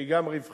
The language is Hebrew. שהיא גם רווחית,